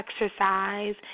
exercise